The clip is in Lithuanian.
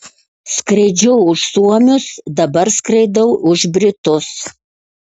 skraidžiau už suomius dabar skraidau už britus